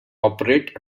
operate